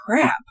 crap